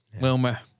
Wilmer